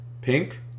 pink